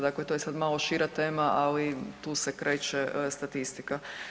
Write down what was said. Dakle to je sada malo šira tema, ali tu se kreće statistika.